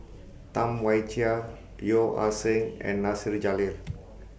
Tam Wai Jia Yeo Ah Seng and Nasir Jalil